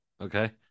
okay